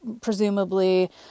presumably